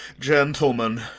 gentlemen!